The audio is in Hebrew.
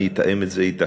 אני אתאם אתך,